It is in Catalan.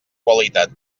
qualitat